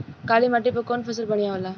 काली माटी पर कउन फसल बढ़िया होला?